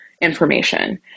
information